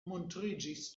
montriĝis